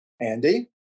Andy